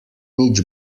nič